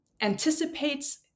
anticipates